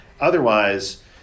otherwise